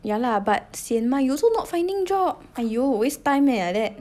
yeah lah but sian mah you also not finding job !aiyo! waste time eh like that